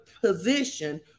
position